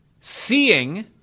seeing